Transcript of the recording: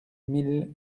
mille